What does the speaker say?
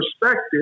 perspective